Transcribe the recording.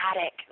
attic